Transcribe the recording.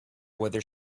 whether